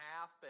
half